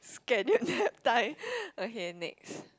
scheduled nap time okay next